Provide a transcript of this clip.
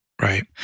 Right